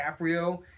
DiCaprio